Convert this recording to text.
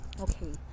Okay